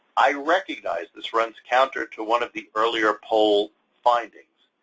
i recognize this runs counter to one of the earlier poll findings.